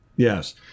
Yes